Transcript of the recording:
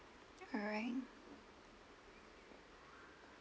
alright